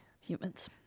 humans